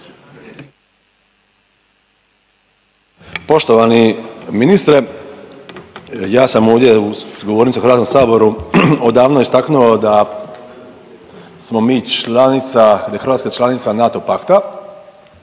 Poštovani ministre, ja sam ovdje u govornici u HS odavno istaknuo da smo mi članica, da je Hrvatska članica NATO pakta,